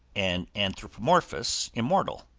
an anthropomorphous immortal,